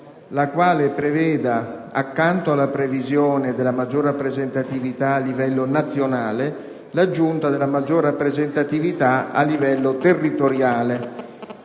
la quale preveda, accanto alla previsione della maggior rappresentatività a livello "nazionale", l'aggiunta della maggior rappresentatività a livello "territoriale",